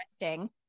interesting